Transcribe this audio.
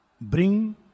bring